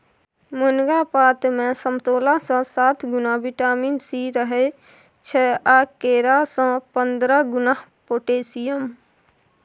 मुनगा पातमे समतोलासँ सात गुणा बिटामिन सी रहय छै आ केरा सँ पंद्रह गुणा पोटेशियम